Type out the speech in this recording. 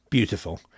Beautiful